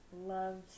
loved